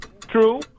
True